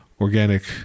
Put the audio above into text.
organic